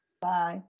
Bye